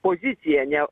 pozicija ne